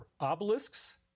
obelisks